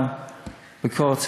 ביקורת,